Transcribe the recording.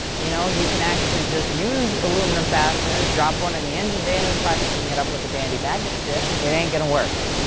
you know, you could actually just use aluminum fasteners, drop one in the engine bays and try picking it up with a dandy magnet stick. it ain't gonna work.